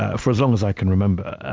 ah for as long as i can remember.